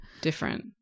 different